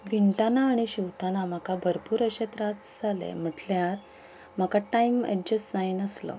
विणटना आनी शिंवतना म्हाका भरपूर अशे त्रास जाले म्हटल्यार म्हाका टायम एडजस्ट जायनासलो